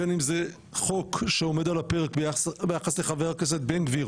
בין אם זה חוק שעומד על הפרק ביחס לחבר הכנסת בן גביר